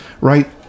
right